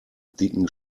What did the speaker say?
dicken